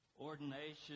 Ordination